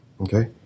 Okay